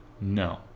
no